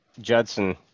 Judson